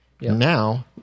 Now